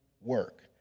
work